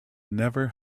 never